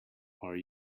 are